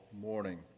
morning